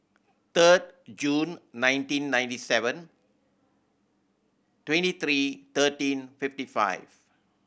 third June nineteen ninety seven twenty three thirteen fifty five